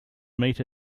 meet